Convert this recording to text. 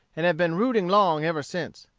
and have been rooting long ever since.